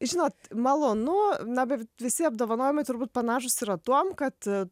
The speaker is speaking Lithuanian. žinot malonu na bet visi apdovanojimai turbūt panašūs yra tuom kad